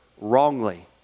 wrongly